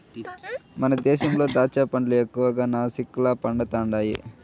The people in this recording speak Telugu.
మన దేశంలో దాచ్చా పండ్లు ఎక్కువగా నాసిక్ల పండుతండాయి